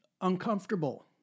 uncomfortable